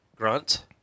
grunt